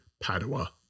padua